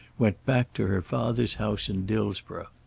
went back to her father's house in dillsborough.